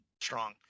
strong